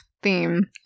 Theme